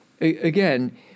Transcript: again